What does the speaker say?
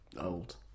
old